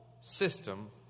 system